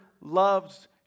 loves